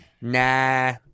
nah